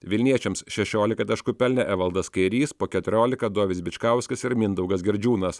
vilniečiams šešiolika taškų pelnė evaldas kairys po keturiolika dovis bičkauskas ir mindaugas girdžiūnas